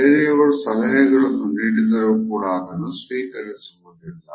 ಬೇರೆಯವರು ಸಲಹೆಗಳನ್ನು ನೀಡಿದರೂ ಕೂಡ ಅದನ್ನು ಸ್ವೀಕರಿಸುವುದಿಲ್ಲ